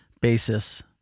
basis